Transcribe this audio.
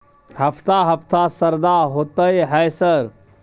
हफ्ता हफ्ता शरदा होतय है सर?